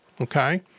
okay